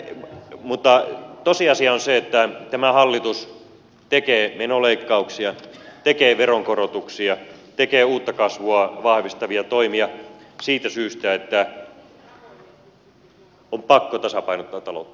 mutta tosiasia on se että tämä hallitus tekee menoleikkauksia tekee veronkorotuksia tekee uutta kasvua vahvistavia toimia siitä syystä että on pakko tasapainottaa taloutta